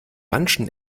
manchen